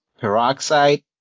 peroxide